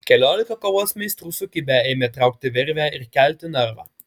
keliolika kovos meistrų sukibę ėmė traukti virvę ir kelti narvą